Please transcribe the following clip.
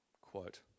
Quote